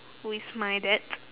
who is my dad